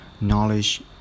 knowledge